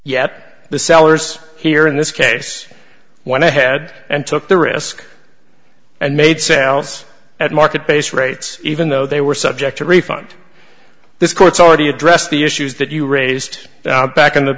yet the sellers here in this case went ahead and took the risk and made sales at market based rates even though they were subject to a refund this court's already addressed the issues that you raised back in the